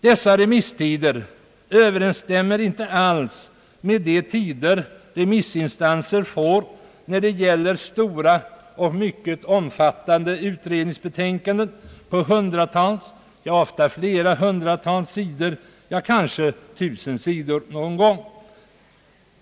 Dessa remisstider överensstämmer inte alls med de tider remissinstanser får när det gäller stora och mycket omfattande <utredningsbetänkanden «på hundratalet, ja ofta på flera hundra, ibland kanske till och med tusen sidor.